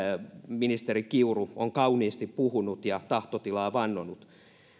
ministeri kiuru on kauniisti puhunut ja tahtotilaa vannonut